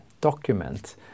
document